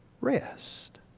rest